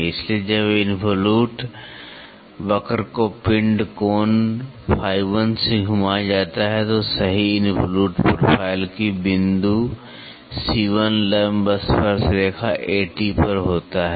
इसलिए जब इन्वलूट वक्र को पिण्ड कोण φ1 से घुमाया जाता है तो सही इनवॉल्यूट प्रोफाइल का बिंदु C1 लंब स्पर्श रेखा AT पर होता है